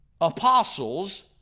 Apostles